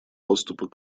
доступа